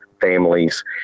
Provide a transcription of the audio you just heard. families